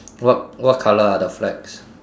what what colour are the flags